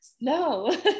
No